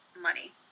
money